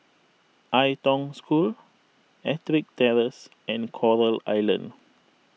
Ai Tong School Ettrick Terrace and Coral Island